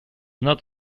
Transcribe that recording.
not